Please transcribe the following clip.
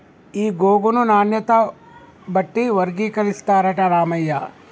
ఈ గోగును నాణ్యత బట్టి వర్గీకరిస్తారట రామయ్య